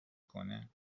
کنه